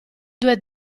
due